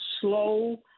slow